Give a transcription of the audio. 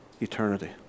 eternity